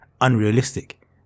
unrealistic